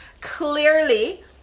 Clearly